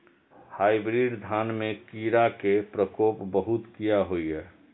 Hybrid धान में कीरा के प्रकोप बहुत किया होया?